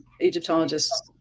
Egyptologists